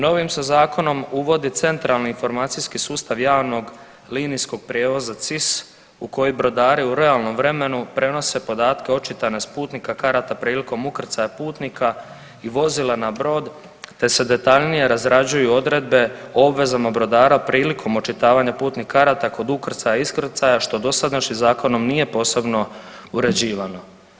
Novim se zakonom uvodi centrali informacijski sustav javnog linijskog prijevoza CIS u koji brodari u realnom vremenu prenose podatke o očitanost putnika, karata prilikom ukrcaja putnika i vozila na brod te se detaljnije razrađuju odredbe o obvezama brodara prilikom očitavanja putnih karata kod ukrcaja, iskrcaja što dosadašnjim zakonom nije posebno uređivano.